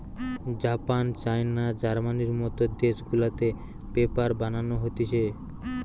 Japan, China, জার্মানির মত দেশ গুলাতে পেপার বানানো হতিছে